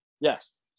Yes